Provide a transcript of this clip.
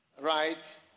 right